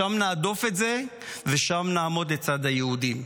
שם נהדוף את זה ושם נעמוד לצד היהודים.